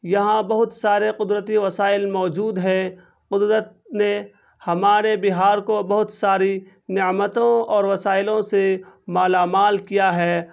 یہاں بہت سارے قدرتی وسائل موجود ہے قدرت نے ہمارے بہار کو بہت ساری نعمتوں اور وسائلوں سے مالا مال کیا ہے